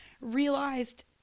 realized